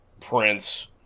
Prince